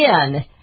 again